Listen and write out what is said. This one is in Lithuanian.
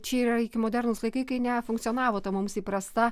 čia yra iki modernūs laikai kai nefunkcionavo ta mums įprasta